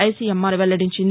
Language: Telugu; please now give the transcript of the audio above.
ఐసీఎంఆర్ వెల్లడించింది